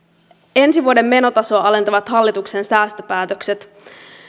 ensi vuoden menotasoa alentavat hallituksen säästöpäätökset